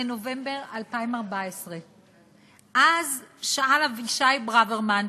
אני מבקשת להקריא שאילתה מ-12 בנובמבר 2014. אז שאל אבישי ברוורמן,